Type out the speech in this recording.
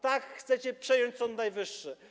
Tak chcecie przejąć Sąd Najwyższy.